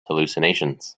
hallucinations